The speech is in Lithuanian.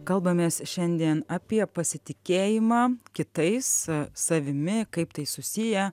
kalbamės šiandien apie pasitikėjimą kitais savimi kaip tai susiję